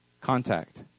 Contact